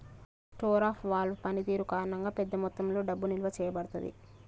store of value పనితీరు కారణంగా, పెద్ద మొత్తంలో డబ్బు నిల్వ చేయబడతాది